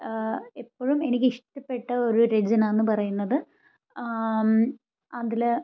എപ്പോഴും എനിക്കിഷ്ടപ്പെട്ട ഒരു രചന എന്ന് പറയുന്നത് അതിൽ